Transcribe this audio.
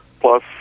plus